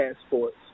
passports